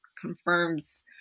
confirms